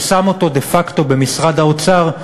ושם אותו דה פקטו במשרד האוצר,